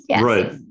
right